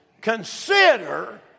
Consider